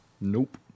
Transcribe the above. nope